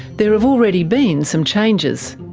there have already been some changes.